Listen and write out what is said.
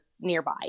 nearby